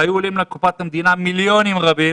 שמעבר לטרגדיה הברורה גם היו עולים לקופת המדינה מיליונים רבים